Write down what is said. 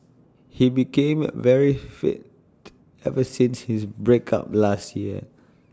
he became A very fit ever since his break up last year